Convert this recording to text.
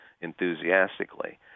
enthusiastically